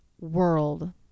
world